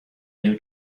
new